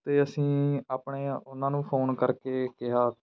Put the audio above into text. ਅਤੇ ਅਸੀਂ ਆਪਣੇ ਉਹਨਾਂ ਨੂੰ ਫੋਨ ਕਰਕੇ ਕਿਹਾ